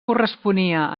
corresponia